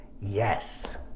yes